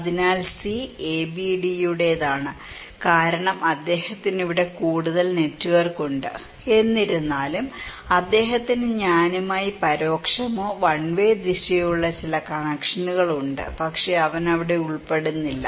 അതിനാൽ സി എബിഡിയുടേതാണ് കാരണം അദ്ദേഹത്തിന് ഇവിടെ കൂടുതൽ നെറ്റ്വർക്ക് ഉണ്ട് എന്നിരുന്നാലും അദ്ദേഹത്തിന് ഞാനുമായി പരോക്ഷമോ വൺവേ ദിശയോ ഉള്ള ചില കണക്ഷനുകൾ ഉണ്ട് പക്ഷേ അവൻ അവിടെ ഉൾപ്പെടുന്നില്ല